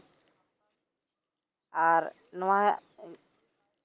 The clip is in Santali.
ᱟᱨ ᱱᱚᱣᱟ